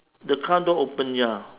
the car door open ya